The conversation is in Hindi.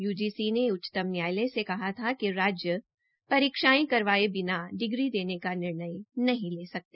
यूजीसी ने उच्चतम न्यायलय से कहा कि राज्य परीक्षायें करवाये बिना डिग्री देने का निर्णय नहीं ले सकते